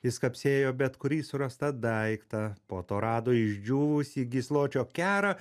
jis kapsėjo bet kurį surastą daiktą po to rado išdžiūvusį gysločio kerą